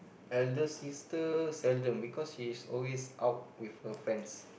eldest sister seldom because she's always out with her friends